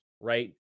right